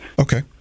Okay